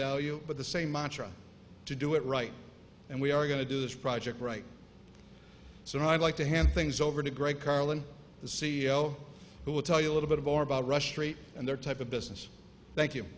value but the same mantra to do it right and we are going to do this project right so i'd like to hand things over to greg carlin the c e o who will tell you a little bit of our about rush rate and their type of business thank you